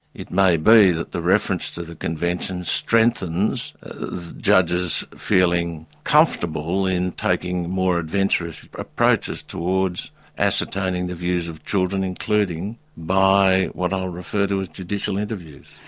it may be that the reference to the convention strengthens judges feeling comfortable in taking more adventurous approaches towards ascertaining the views of children including, by what i'll refer to as, judicial interviews.